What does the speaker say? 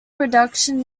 reduction